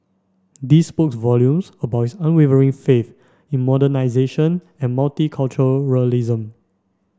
this spoke volumes about his unwavering faith in modernisation and multiculturalism